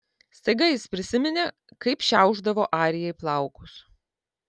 staiga jis prisiminė kaip šiaušdavo arijai plaukus